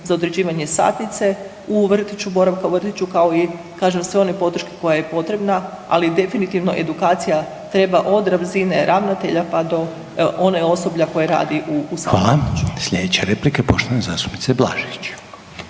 za određivanje satnice u vrtiću, boravka u vrtiću kao i kažem sve one podrške koja je potrebna, ali definitivno edukacija treba od razine ravnatelja pa do onog osoblja koje radi u ustanovi. **Reiner, Željko (HDZ)** Hvala. Slijedeća replika je poštovane zastupnice Blažević.